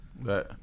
Right